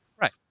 Right